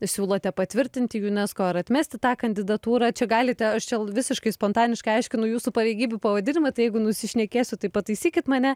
siūlote patvirtinti unesco ar atmesti tą kandidatūrą čia galite čia visiškai spontaniškai aiškinu jūsų pareigybių pavadinimą tai jeigu nusišnekėsiu tai pataisykit mane